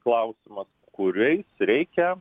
klausimas kuriais reikia